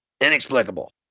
inexplicable